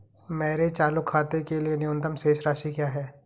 मेरे चालू खाते के लिए न्यूनतम शेष राशि क्या है?